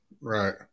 Right